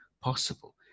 possible